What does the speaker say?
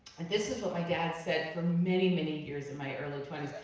and this is what my dad said for many, many years in my early twenty